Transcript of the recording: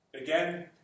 again